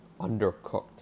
undercooked